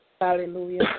Hallelujah